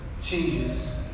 changes